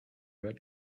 red